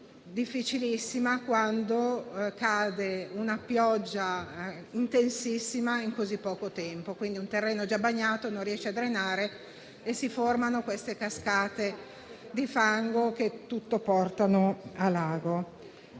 difficilissima, quando cade una pioggia intensissima in così poco tempo. Il terreno bagnato non riesce a drenare e si formano quelle cascate di fango che tutto portano al lago.